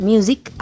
Music